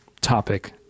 topic